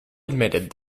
admitted